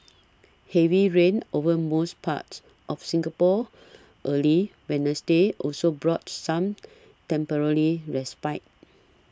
heavy rain over most parts of Singapore early Wednesday also brought some temporary respite